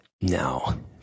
no